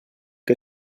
que